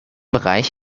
bereich